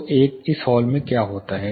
तो इस हॉल में क्या होता है